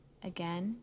Again